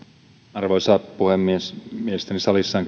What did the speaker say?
arvoisa puhemies mielestäni salissa